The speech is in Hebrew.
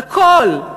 הכול,